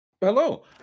Hello